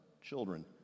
children